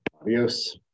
Adios